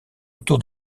autour